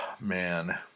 Man